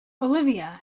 olivia